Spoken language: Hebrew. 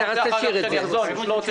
מי בעד הרוויזיה, מי נגד, מי